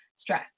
stress